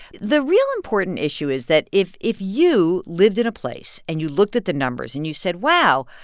the real important issue is that if if you lived in a place, and you looked at the numbers and you said, wow.